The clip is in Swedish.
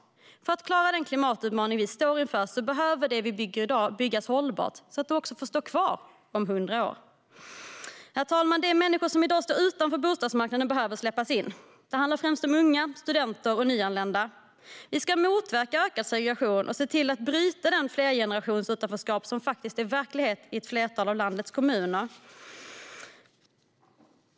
För att klara den klimatutmaning vi står inför behöver det vi bygger i dag byggas hållbart så att det kan stå kvar om hundra år. Herr talman! De människor som i dag står utanför bostadsmarknaden behöver släppas in. Det handlar främst om unga, studenter och nyanlända. Vi ska motverka ökad segregation och bryta det flergenerationsutanförskap som är verklighet i ett flertal av landets kommuner.